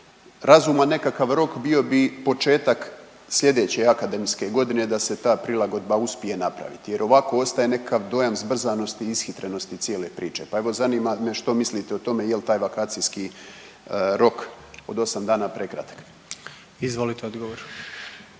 razuman nekakav rok bio bi početak slijedeće akademske godine da se ta prilagodba uspije napraviti jer ovako ostaje nekakav dojam zbrzanosti i ishitrenosti cijele priče, pa evo zanima me što mislite o tome jel taj vakacijski rok od 8 dana prekratak? **Jandroković,